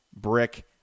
brick